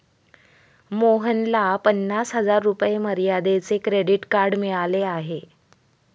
मोहनला पन्नास हजार रुपये मर्यादेचे क्रेडिट कार्ड मिळाले आहे